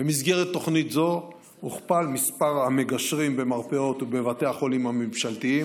במסגרת תוכנית זו הוכפל מספר המגשרים במרפאות בבתי החולים הממשלתיים